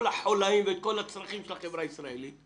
החוליים ואת כל הצרכים של החברה הישראלית.